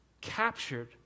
captured